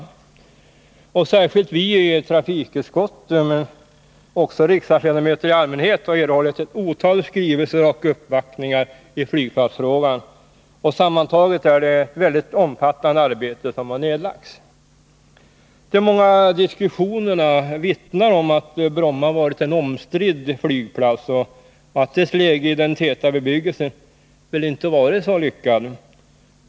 Särskilt vi i trafikutskottet men också riksdagsledamöter i allmänhet har erhållit ett otal skrivelser och tagit emot många uppvaktningar i flygplatsfrågan. Sammantaget är det ett omfattande arbete som nedlagts. De många diskussionerna vittnar om att Bromma varit en omstridd flygplats och att dess läge i den täta bebyggelsen inte har varit så lyckat.